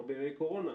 לא בימי קורונה,